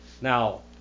Now